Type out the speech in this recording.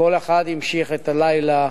וכל אחד המשיך את הלילה